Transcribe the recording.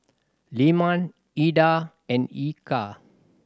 Leman Indah and Eka